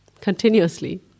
continuously